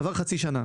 עברה חצי שנה".